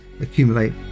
accumulate